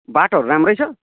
बाटोहरू राम्रै छ